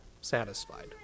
satisfied